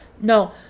No